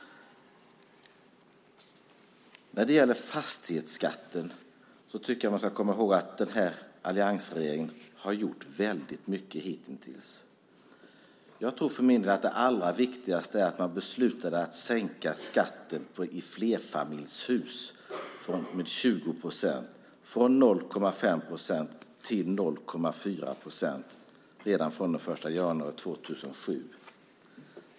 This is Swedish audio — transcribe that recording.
När det gäller fastighetsskatten tycker jag man ska komma ihåg att alliansregeringen har gjort väldigt mycket hittills. Jag tror att det allra viktigaste är att man beslutade att sänka skatten i flerfamiljshus med 20 procent, från 0,5 procent till 0,4 procent redan från den 1 januari 2007.